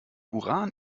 uran